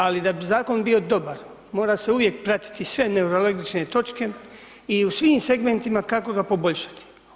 Ali da bi zakon bio dobar mora se uvijek pratiti sve nelogične točke i u svim segmentima kako ga poboljšati.